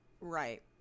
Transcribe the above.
Right